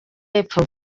epfo